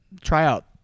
tryout